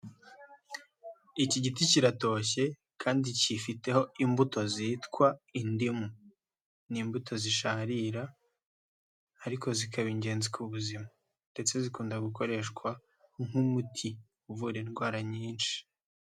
Iki giti kiratoshye kandi cyifiteho imbuto zitwa indimu ni imbuto zisharira ariko zikaba ingenzi ku buzima ndetse zikunda gukoreshwa nk'umuti uvura indwara nyinshi.